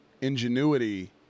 Ingenuity